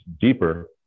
deeper